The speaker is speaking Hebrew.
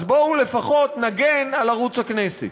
אז בואו לפחות נגן על ערוץ הכנסת.